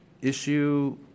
issue